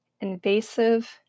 invasive